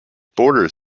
borders